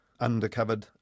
undercovered